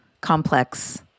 complex